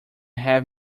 have